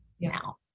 now